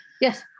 Yes